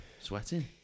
sweating